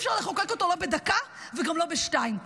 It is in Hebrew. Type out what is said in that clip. שאי-אפשר לחוקק אותו לא בדקה וגם לא בשתיים.